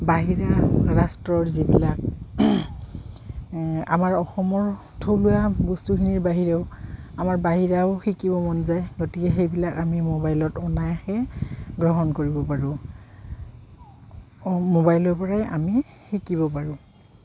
বাহিৰা ৰাষ্ট্ৰৰ যিবিলাক আমাৰ অসমৰ থলুৱা বস্তুখিনিৰ বাহিৰেও আমাৰ বাহিৰাও শিকিব মন যায় গতিকে সেইবিলাক আমি মোবাইলত অনায়াসে গ্ৰহণ কৰিব পাৰোঁ মোবাইলৰ পৰাই আমি শিকিব পাৰোঁ